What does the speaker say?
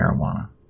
marijuana